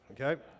Okay